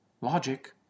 logic